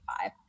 five